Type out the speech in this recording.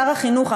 שר החינוך,